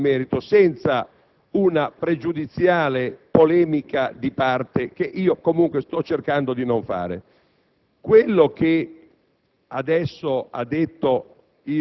voleste approfondire e discutere nel merito, senza una pregiudiziale polemica di parte, che io comunque sto cercando di non fare. Quello che